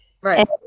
Right